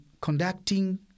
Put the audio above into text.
conducting